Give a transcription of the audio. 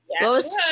Yes